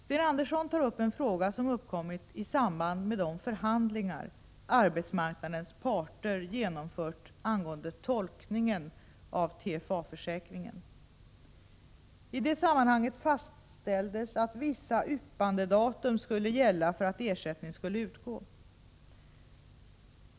Sten Andersson tar upp en fråga som uppkommit i samband med de förhandlingar arbetsmarknadens parter genomfört angående tolkningen av TFA-försäkringen. I det sammanhanget fastställdes att vissa yppandedatum skulle gälla för att ersättning skulle utgå.